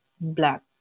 black